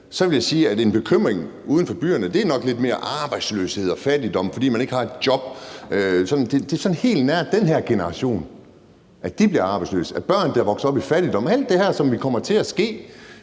en bekymring uden for byerne nok lidt mere handler om arbejdsløshed og fattigdom, fordi man ikke har et job. Det er sådan helt nært, nemlig at den her generation bliver arbejdsløs, at børn vokser op i fattigdom, altså alt det her, som kommer til at ske,